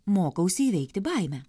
mokausi įveikti baimę